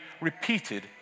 repeated